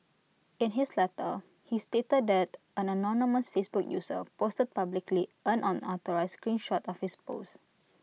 in his letter he stated that an anonymous Facebook user posted publicly an unauthorised screen shot of his post